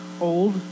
old